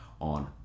on